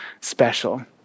special